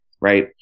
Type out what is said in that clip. right